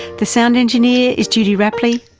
the sound engineer is judy rapley.